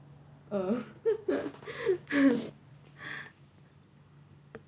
oh